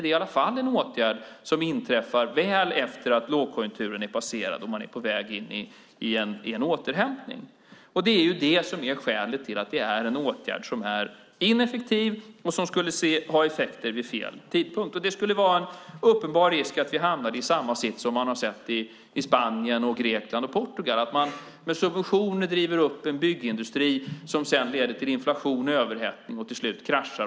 Det är i varje fall en åtgärd som inträffar väl efter att lågkonjunkturen är passerad och man är på väg in i en återhämtning. Det är det som är skälet till att det är en åtgärd som är ineffektiv och som skulle ha effekter vid fel tidpunkt. Det skulle vara en uppenbar risk att vi hamnade i samma sits som man har sett i Spanien, Grekland och Portugal. Man driver med subventioner upp en byggindustri som sedan leder till en överhettning som gör att den till slut kraschar.